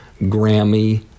Grammy